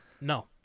No